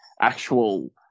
actual